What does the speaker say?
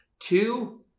Two